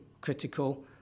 critical